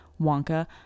wonka